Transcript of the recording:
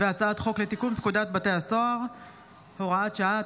והצעת חוק לתיקון פקודת בתי הסוהר (הוראת שעה),